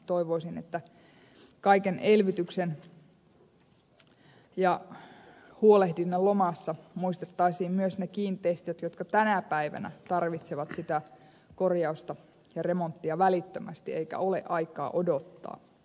toivoisin että kaiken elvytyksen ja huolehdinnan lomassa muistettaisiin myös ne kiinteistöt jotka tänä päivänä tarvitsevat sitä korjausta ja remonttia välittömästi eikä ole aikaa odottaa